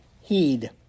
heed